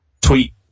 tweet